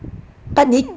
but 你